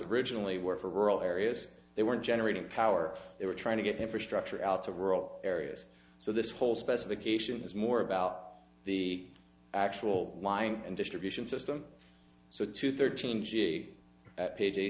originally work for rural areas they were generating power they were trying to get infrastructure out to rural areas so this whole specification is more about the actual lying and distribution system so to thirteen ga p